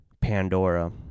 Pandora